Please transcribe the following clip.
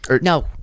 No